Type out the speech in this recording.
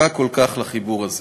הזקוקה כל כך לחיבור הזה.